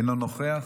אינו נוכח.